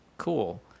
cool